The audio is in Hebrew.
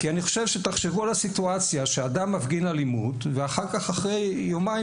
תחשבו על סיטואציה שאדם מפגין אלימות ואחרי יומיים,